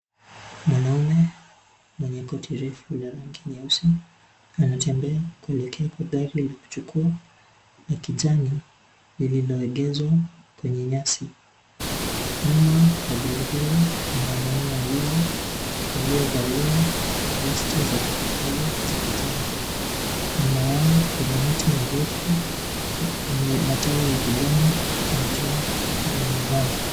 Mwanaume mwenye koti refu la rangi nyeusi anatembea kuelekea kwa gari alilochukuwa la kijani lililoegeshwa kwenye nyasi , nyuma ya gari hilo kuna wamaume wawili waliovalia vesti za tafakari za kijani. Nyuma yao kuna miti mirefu yenye matawi ya kijani na jua limeng'aa.